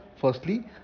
firstly